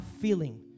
feeling